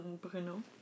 Bruno